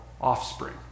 offspring